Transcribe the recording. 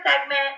segment